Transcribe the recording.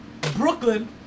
Brooklyn